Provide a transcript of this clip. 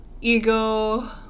ego